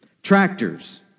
Tractors